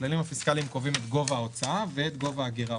הכללים הפיסקליים קובעים את גובה ההוצאה ואת גובה הגירעון.